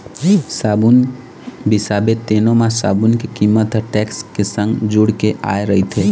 साबून बिसाबे तेनो म साबून के कीमत ह टेक्स के संग जुड़ के आय रहिथे